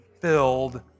filled